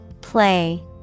Play